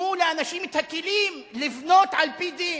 תנו לאנשים את הכלים לבנות על-פי דין,